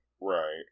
Right